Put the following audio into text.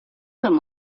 them